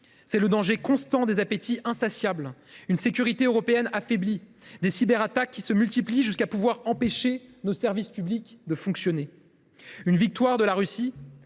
c’est le danger constant des appétits insatiables, une sécurité européenne affaiblie et un nombre de cyberattaques qui augmente encore, jusqu’à empêcher nos services publics de fonctionner. Une victoire de la Russie,